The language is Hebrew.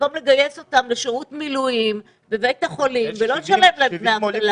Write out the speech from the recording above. במקום לגייס אותם לשירות מילואים בבית החולים ולא לשלם דמי אבטלה.